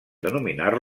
denominar